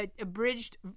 abridged